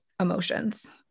emotions